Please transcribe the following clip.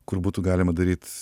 kur būtų galima daryt